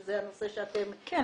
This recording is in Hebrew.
שזה הנושא שאתם --- כן,